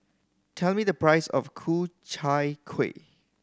tell me the price of Ku Chai Kuih